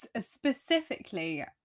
specifically